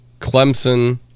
Clemson